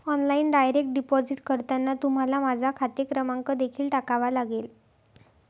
online direct deposit करताना तुम्हाला माझा खाते क्रमांक देखील टाकावा लागेल